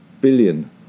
billion